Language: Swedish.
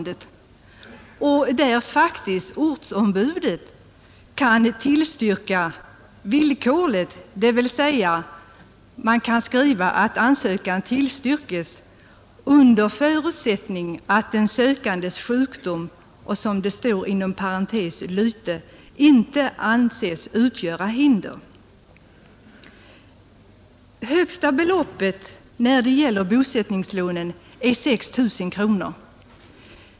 Lider sökanden av allvarlig sjukdom kan ortsombuden 14 april 1971 tillstyrka villkorligt, dvs. de kan skriva att ansökan tillstyrkes under förutsättning att den sökandes sjukdom och — som det står inom parentes — lyte inte anses utgöra hinder. Högsta beloppet för bosättningslånen är 6 000 kronor.